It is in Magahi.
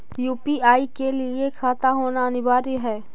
यु.पी.आई के लिए खाता होना अनिवार्य है?